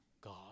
God